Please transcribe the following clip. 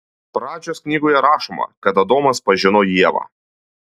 pradžios knygoje rašoma kad adomas pažino ievą